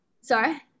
sorry